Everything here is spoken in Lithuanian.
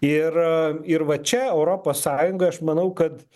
ir ir va čia europos sąjungoj aš manau kad